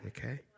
Okay